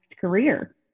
career